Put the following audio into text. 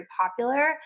popular